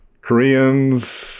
Koreans